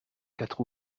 quatre